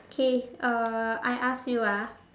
okay uh I ask you ah